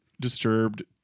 disturbed